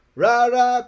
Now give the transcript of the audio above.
rara